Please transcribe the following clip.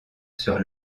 sur